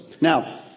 Now